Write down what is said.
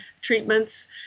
treatments